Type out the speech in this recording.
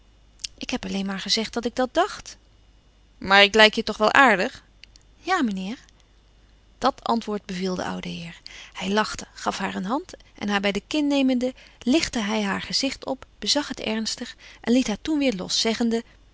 ik heb alleen maar gezegd dat ik dat dacht maar ik lijk je toch wel aardig ja mijnheer dat antwoord beviel den ouden heer hij lachte gaf haar een hand en haar bij de kin nemende lichtte hij haar gezicht op bezag het ernstig en liet haar toen weer los zeggende